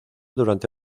durante